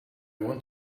want